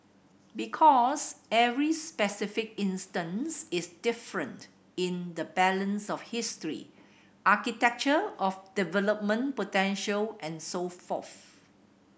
because every specific instance is different in the balance of history architecture of development potential and so forth